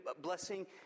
blessing